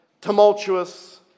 tumultuous